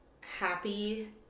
happy